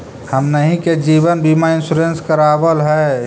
हमनहि के जिवन बिमा इंश्योरेंस करावल है?